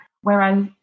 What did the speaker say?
whereas